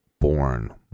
born